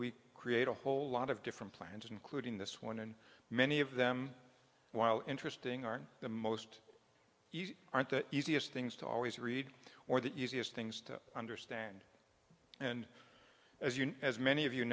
we create a whole lot of different plans including this one and many of them while interesting are the most easy aren't the easiest things to always read or the easiest things to understand and as you know as many of you